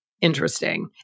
interesting